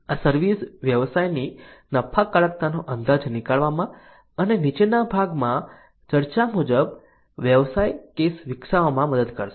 આ સર્વિસ વ્યવસાયની નફાકારકતાનો અંદાજ નીકાળવવામાં અને નીચેના વિભાગમાં ચર્ચા મુજબ વ્યવસાય કેસ વિકસાવવામાં મદદ કરશે